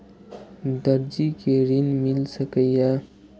दर्जी कै ऋण मिल सके ये?